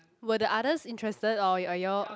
were the others interested or or you all